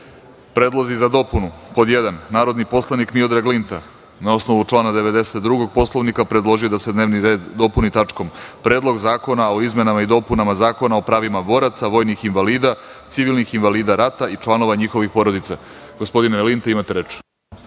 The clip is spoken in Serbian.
rasprave. Predlozi za dopunu. Narodni poslanik Miodrag Linta, na osnovu člana 92. Poslovnika, predložio je da se dnevni red sednice dopuni tačkom – Predlog zakona o izmenama i dopunama Zakona o pravima boraca, vojnih invalida, civilnih invalida rata i članova njihovih porodica. Gospodine Linta, imate reč.